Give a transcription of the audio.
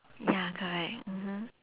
ya correct mmhmm